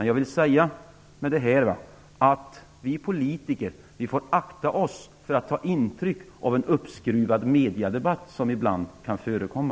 Jag vill dock med det här säga att vi politiker får akta oss för att ta intryck av en uppskruvad mediedebatt, som ibland kan förekomma.